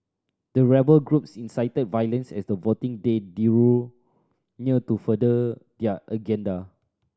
the rebel groups incited violence as the voting day drew near to further their agenda